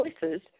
choices